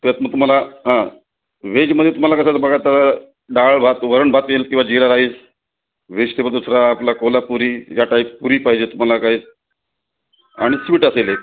त्यात मग तुम्हाला व्हेजमध्ये तुम्हाला कसं असतं बघा तर डाळ भात वरण भात येईल किंवा जिरा राईस व्हेज ते मग दुसरा आपला कोल्हापुरी या टाईप पुरी पाहिजे तुम्हाला काही आणि स्वीट असेल एक